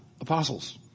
apostles